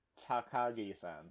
Takagi-san